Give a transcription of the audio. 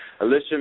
Alicia